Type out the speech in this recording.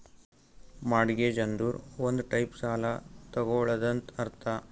mortgage ಅಂದುರ್ ಒಂದ್ type ಸಾಲ ತಗೊಳದಂತ್ ಅರ್ಥ